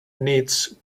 needs